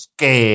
que